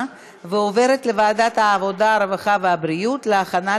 לוועדת העבודה, הרווחה והבריאות נתקבלה.